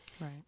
Right